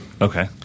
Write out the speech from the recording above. Okay